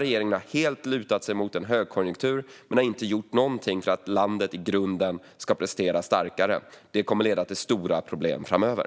Regeringen har helt lutat sig mot en högkonjunktur och har inte gjort något för att landet i grunden ska prestera starkare. Det kommer att leda till stora problem framöver.